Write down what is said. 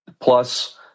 Plus